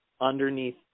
underneath